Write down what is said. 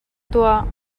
tuah